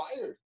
fired